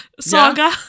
saga